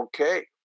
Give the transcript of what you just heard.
okay